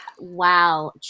wow